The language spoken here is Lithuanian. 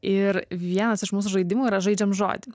ir vienas iš mūsų žaidimų yra žaidžiam žodį